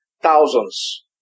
thousands